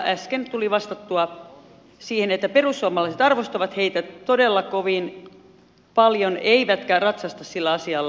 äsken tuli vastattua siihen että perussuomalaiset arvostavat heitä todella kovin paljon eivätkä ratsasta sillä asialla